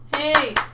Hey